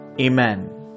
Amen